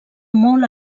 molt